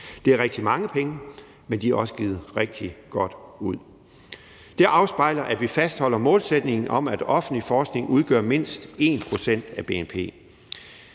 Det er rigtig mange penge, men de er også givet rigtig godt ud. Det afspejler, at vi fastholder målsætningen om, at offentlig forskning udgør mindst 1 pct. af bnp.